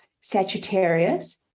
Sagittarius